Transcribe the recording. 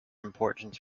important